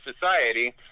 society